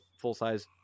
full-size